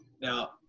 Now